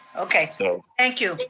okay, so thank you. but